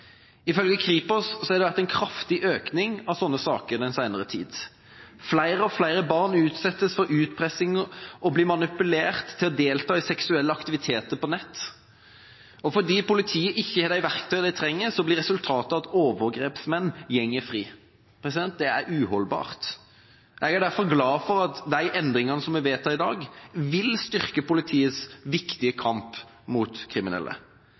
Ifølge Kripos har det vært en kraftig økning av slike saker den senere tid. Flere og flere barn utsettes for utpressing og blir manipulert til å delta i seksuelle aktiviteter på nett, og fordi politiet ikke har de verktøyene de trenger, blir resultatet at overgrepsmenn går fri. Det er uholdbart. Jeg er derfor glad for at endringene vi vedtar i dag, vil styrke politiets viktige kamp mot kriminelle.